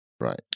Right